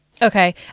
Okay